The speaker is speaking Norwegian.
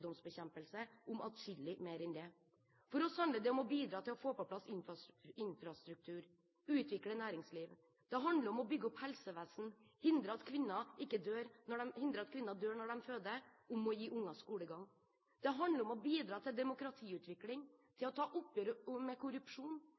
fattigdomsbekjempelse om adskillig mer enn det. For oss handler det om å bidra til å få på plass infrastruktur og utvikle næringsliv. Det handler om å bygge opp helsevesen, om å hindre at kvinner dør når de føder, og om å gi barn skolegang. Det handler om å bidra til demokratiutvikling,